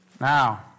Now